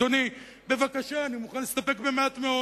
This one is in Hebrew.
אדוני, בבקשה, אני מוכן להסתפק במעט מאוד.